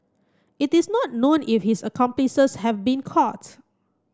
it is not known if his accomplices have been caught